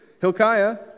Hilkiah